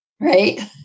right